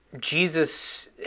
Jesus